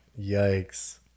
Yikes